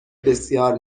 بسیار